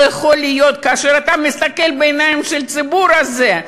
לא יכול להיות שכאשר אתה מסתכל בעיניים של הציבור הזה,